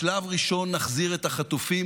בשלב הראשון נחזיר את החטופים,